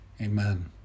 Amen